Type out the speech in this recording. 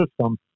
system